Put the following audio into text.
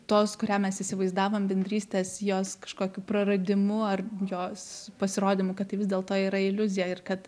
tos kurią mes įsivaizdavom bendrystės jos kažkokiu praradimu ar jos pasirodymu kad tai vis dėlto yra iliuzija ir kad